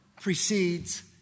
precedes